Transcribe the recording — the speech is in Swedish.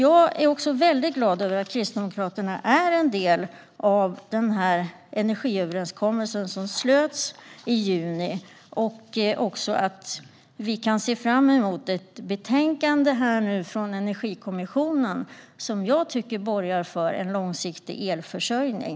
Jag är väldigt glad över att Kristdemokraterna är en del av den energiöverenskommelse som slöts i juni och även över att kunna se fram emot ett betänkande från Energikommissionen, som jag tycker borgar för en långsiktig elförsörjning.